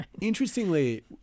Interestingly